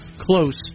close